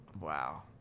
wow